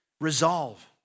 Resolve